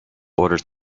orders